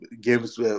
games